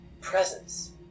presence